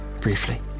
briefly